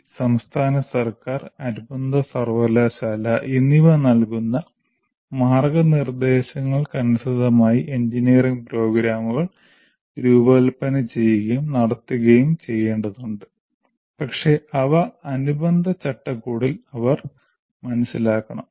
E സംസ്ഥാന സർക്കാർ അനുബന്ധ സർവകലാശാല എന്നിവ നൽകുന്ന മാർഗ്ഗനിർദ്ദേശങ്ങൾക്കനുസൃതമായി എഞ്ചിനീയറിംഗ് പ്രോഗ്രാമുകൾ രൂപകൽപ്പന ചെയ്യുകയും നടത്തുകയും ചെയ്യേണ്ടതുണ്ട് പക്ഷേ അവ അനുബന്ധ ചട്ടക്കൂടിൽ അവർ മനസ്സിലാക്കണം